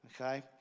okay